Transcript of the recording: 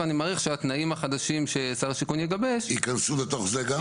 ואני מעריך שהתנאים החדשים ששר השיכון יגבש --- ייכנסו לתוך זה גם?